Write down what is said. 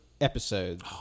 episode